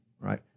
right